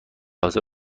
حاضر